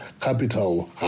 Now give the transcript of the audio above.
capital